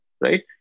right